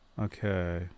Okay